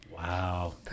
Wow